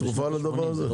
אין איזה תרופה לדבר הזה?